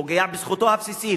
פוגע בזכותו הבסיסית,